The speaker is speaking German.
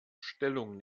stellung